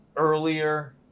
earlier